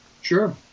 Sure